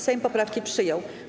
Sejm poprawki przyjął.